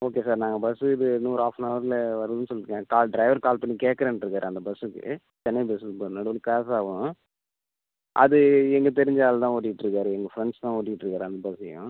okay sir நாங்கள் bus இது இன்னும் ஒரு ஆஃப்னவரில் வருன்னு சொல்லியிருக்கேன் கால் டிரைவர் கால் பண்ணி கேட்குறேன்ருக்காரு அந்த பஸ்ஸுக்கு சென்னை பஸ்ஸு இப்போ நடுவில் கிராஸ் ஆகும் அது எங்கள் தெரிஞ்ச ஆள் தான் ஓட்டிகிட்டு இருக்கார் எங்கள் ஃப்ரெண்ட்ஸ்தான் ஓட்டிகிட்டு இருக்கார் அந்த பஸ்ஸையும்